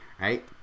right